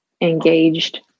engaged